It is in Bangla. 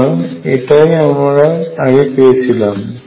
সুতরাং এটাই আমরা আগে পেয়েছিলাম